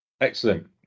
Excellent